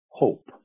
hope